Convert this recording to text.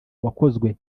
wakozwe